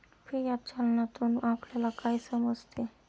Fiat चलनातून आपल्याला काय समजते?